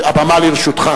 הבמה לרשותך.